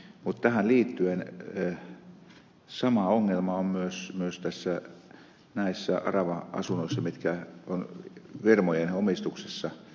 mutta tähän liittyen sama ongelma on myös näissä arava asunnoissa mitkä ovat firmojen omistuksessa